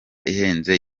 ihenze